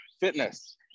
fitness